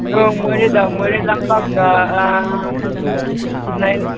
ꯑꯗꯨ ꯃꯣꯔꯦꯗ ꯃꯣꯔꯦ ꯂꯝꯄꯥꯛꯇ ꯑꯥ